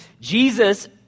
Jesus